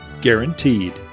guaranteed